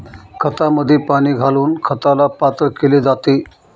खतामध्ये पाणी घालून खताला पातळ केले जाते